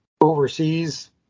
overseas